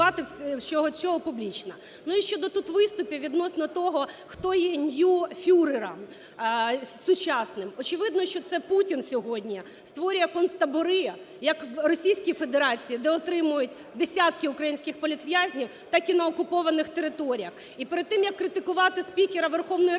Ну, і щодо тут виступів відносно того, хто є ньюфюрером сучасним. Очевидно, що це Путін сьогодні створює концтабори, як в Російській Федерації, де утримують десятки українських політв'язнів, так і на окупованих територіях. І перед тим, як критикувати спікера Верховної Ради